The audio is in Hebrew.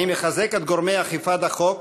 אני מחזק את גורמי אכיפת החוק,